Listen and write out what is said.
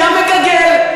נהיה מגגל,